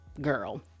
girl